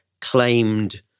claimed